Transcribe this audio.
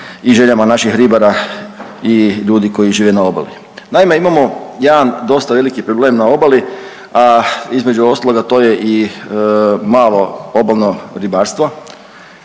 i željama naših ribara i ljudi koji žive na obali. Naime, imamo jedan dosta veliki problem na obali, a između ostaloga, to je i malo obalno ribarstvo,